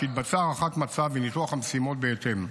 יתבצעו הערכת מצב וניתוח המשימות בהתאם.